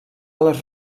les